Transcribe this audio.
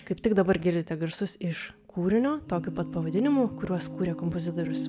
kaip tik dabar girdite garsus iš kūrinio tokiu pat pavadinimu kuriuos kūrė kompozitorius